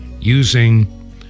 using